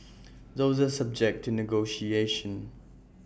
those are subject to negotiation